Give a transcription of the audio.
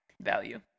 value